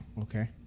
okay